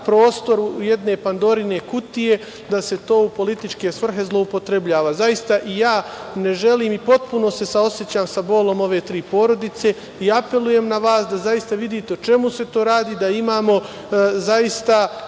prostor jedne pandorine kutije da se to u političke svrhe zloupotrebljava. Zaista ja ne želim i potpuno se saosećam sa bolom ove tri porodice i apelujem na vas da zaista vidite o čemu se tu radi, da zaista